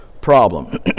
problem